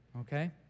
Okay